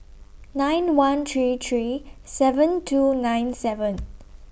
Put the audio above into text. nine one three three seven two nine seven